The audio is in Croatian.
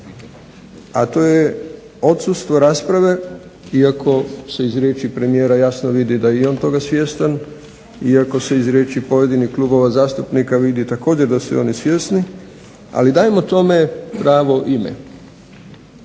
a to je odsustvo rasprave iako se iz riječi premijera jasno vidi da je i on toga svjestan, iako se iz riječi pojedinih klubova zastupnika vidi također da su i oni svjesni ali dajmo tome pravo ime,